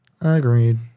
Agreed